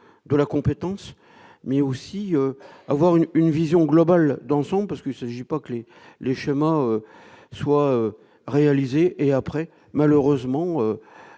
de la compétence, mais aussi avoir une une vision globale, d'ensemble parce que il s'agit, pas que les chemins soit réalisé et après malheureusement